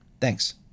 Thanks